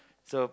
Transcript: so